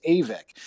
AVIC